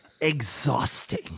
exhausting